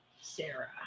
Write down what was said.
Sarah